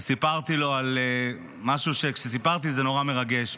וסיפרתי לו על משהו, וכשסיפרתי זה היה נורא מרגש.